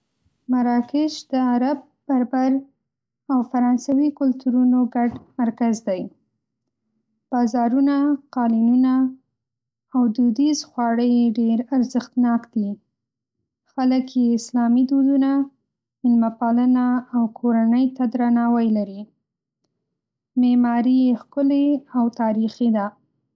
مراکش د عرب، بربر، او فرانسوي کلتورونو ګډ مرکز دی. بازارونه، قالینونه، او دودیز خواړه یې ډېر ارزښتناک دي. خلک یې اسلامي دودونه، میلمه‌پالنه او کورنۍ ته درناوی لري. معماري یې ښکلې او تاریخي ده.